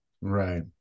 Right